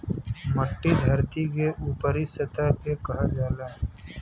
मट्टी धरती के ऊपरी सतह के कहल जाला